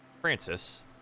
Francis